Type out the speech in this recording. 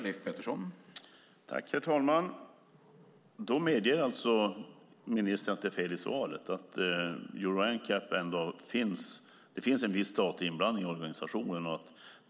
Herr talman! Ministern medger alltså att det är fel i svaret och att det ändå finns en viss statlig inblandning i organisationen Euro NCAP.